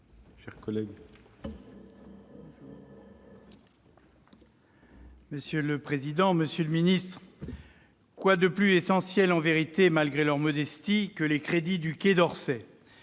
Monsieur le président, monsieur le ministre, mes chers collègues, quoi de plus essentiel en vérité, malgré leur modestie, que les crédits du Quai d'Orsay ?